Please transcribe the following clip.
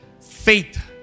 Faith